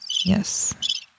Yes